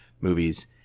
movies